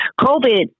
COVID